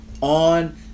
On